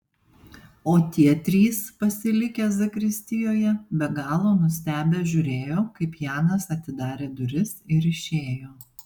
o tie trys pasilikę zakristijoje be galo nustebę žiūrėjo kaip janas atidarė duris ir išėjo